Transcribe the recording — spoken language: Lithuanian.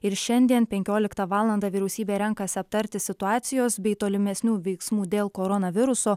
ir šiandien penkioliktą valandą vyriausybė renkasi aptarti situacijos bei tolimesnių veiksmų dėl koronaviruso